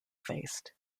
face